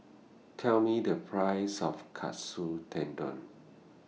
Tell Me The Price of Katsu Tendon